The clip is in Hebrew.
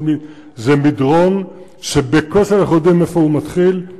כי זה מדרון שבקושי אנחנו יודעים איפה הוא מתחיל,